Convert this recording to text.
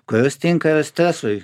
kurios tinka ir stresui